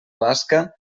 basca